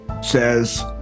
says